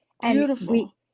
Beautiful